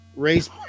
Race